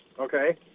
okay